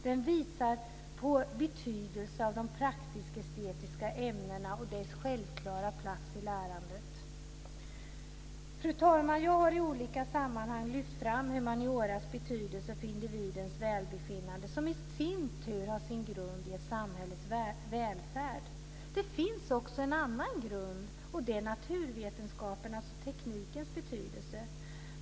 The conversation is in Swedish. Det visar på betydelsen av de praktisk-estetiska ämnena och deras självklara plats i lärandet. Fru talman! Jag har i olika sammanhang lyft fram humanioras betydelse för individens välbefinnande, som i sin tur har sin grund i ett samhälles välfärd. Det finns också en annan grund, och det är naturvetenskapernas och teknikens betydelse.